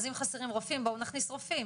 אז אם חסרים רופאים בואו נכניס רופאים.